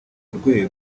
rweru